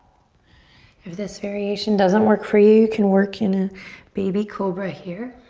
if this variation doesn't work for you, you can work in a baby cobra here.